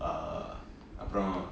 err அப்பரொ:appro